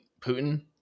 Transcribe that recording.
Putin